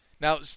Now